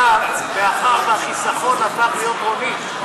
מאחר שהחיסכון הפך להיות, .